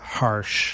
harsh